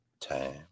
time